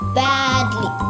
badly